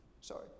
Sorry